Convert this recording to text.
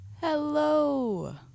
Hello